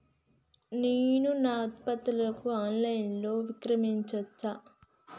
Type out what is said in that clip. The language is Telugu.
నేను నా ఉత్పత్తులను ఆన్ లైన్ లో విక్రయించచ్చా?